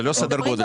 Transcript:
זה לא סדר גודל,